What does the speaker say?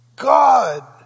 God